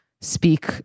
speak